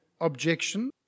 objection